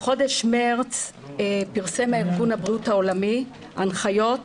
בחודש מארס פרסם ארגון הבריאות העולמי הנחיות